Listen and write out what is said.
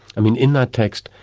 i mean in that text,